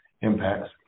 impacts